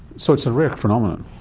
so it's a rare phenomenon.